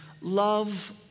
love